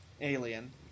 alien